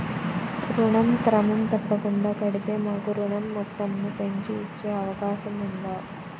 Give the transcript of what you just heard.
ఋణం క్రమం తప్పకుండా కడితే మాకు ఋణం మొత్తంను పెంచి ఇచ్చే అవకాశం ఉందా?